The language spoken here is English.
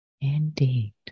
Indeed